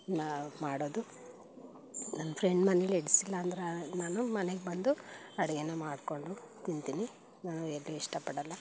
ಮಾ ಮಾಡೋದು ನನ್ನ ಫ್ರೆಂಡ್ ಮನೆಯಲ್ಲಿ ಹಿಡಿಸಿಲ್ಲ ಅಂದರೆ ನಾನು ಮನೆಗೆ ಬಂದು ಅಡುಗೆನ ಮಾಡಿಕೊಂಡು ತಿಂತೀನಿ ನಾನು ಎಲ್ಲೂ ಇಷ್ಟಪಡೋಲ್ಲ